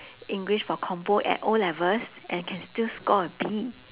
english for compo at O-levels and can still score a B